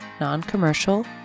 Non-Commercial